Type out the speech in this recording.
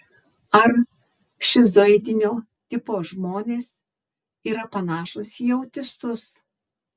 ar šizoidinio tipo žmonės yra panašūs į autistus